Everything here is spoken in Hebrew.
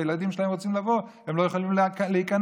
הילדים שלהם רוצים לבוא והם לא יכולים להיכנס.